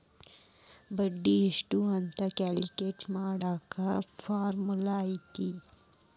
ಬಡ್ಡಿ ಎಷ್ಟ್ ಅಂತ ಕ್ಯಾಲ್ಕುಲೆಟ್ ಮಾಡಾಕ ಫಾರ್ಮುಲಾ ಐತಿ